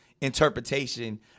interpretation